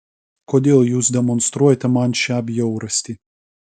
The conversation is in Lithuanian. kodėl jūs demonstruojate man šią bjaurastį